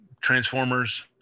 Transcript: Transformers